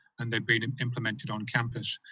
and they've been implemented on campus.